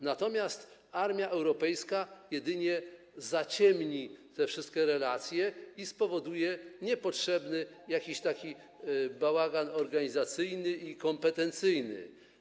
Natomiast armia europejska jedynie zaciemni te wszystkie relacje i spowoduje niepotrzebny bałagan organizacyjny i kompetencyjny.